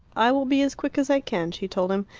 i will be as quick as i can, she told him.